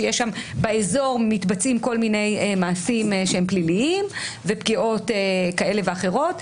שבאזור מתבצעים כל מיני מעשים שהם פליליים ופגיעות כאלה ואחרות,